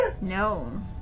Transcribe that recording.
No